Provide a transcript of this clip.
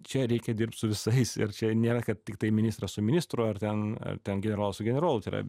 čia reikia dirbt su visais ir čia nėra kad tiktai ministras su ministru ar ten ar ten generolas su generolu tai yra